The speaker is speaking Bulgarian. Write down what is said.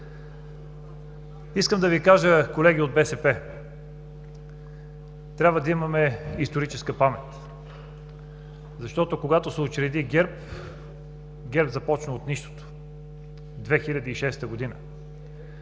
Искам да Ви кажа, колеги от БСП, че трябва да имаме историческа памет, защото, когато се учреди ГЕРБ – ГЕРБ започна в 2006 г.